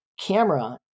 camera